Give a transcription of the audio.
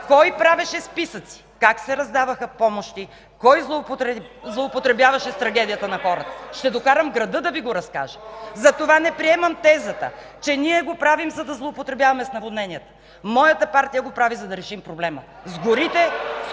кой правеше списъци, как се раздаваха помощи, кой злоупотребяваше с трагедията на хората. Ще докарам града да Ви го разкаже. Затова не приемам тезата, че ние го правим, за да злоупотребяваме с наводненията. Моята партия го прави, за да решим проблема с горите,